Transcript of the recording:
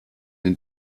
den